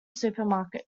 supermarket